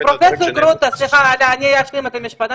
פרופ' גרוטו, אני רק אשלים את המשפט.